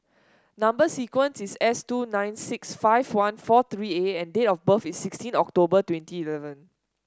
number sequence is S two nine six five one four three A and date of birth is sixteen October twenty eleven